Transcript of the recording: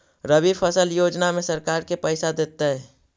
रबि फसल योजना में सरकार के पैसा देतै?